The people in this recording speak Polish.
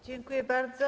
Dziękuję bardzo.